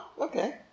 Okay